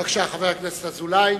בבקשה, חבר הכנסת אזולאי,